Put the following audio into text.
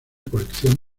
colección